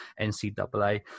NCAA